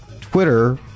Twitter